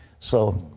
so